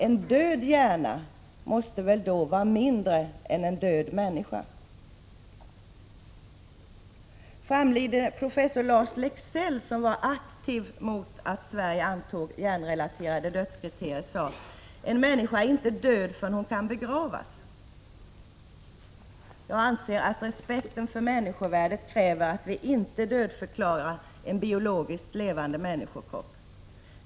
En död hjärna måste väl då vara mindre än en död människa. Framlidne professor Lars Leksell, som var aktivt mot att Sverige antog hjärnrelaterade dödskriterier, sade: En människa är inte död förrän hon kan begravas. Jag anser att respekten för människovärdet kräver att vi inte dödförklarar en biologiskt levande människokropp.